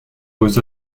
aux